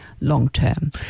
long-term